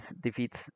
defeats